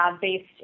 based